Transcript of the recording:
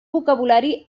vocabulari